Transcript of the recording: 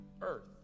Earth